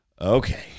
Okay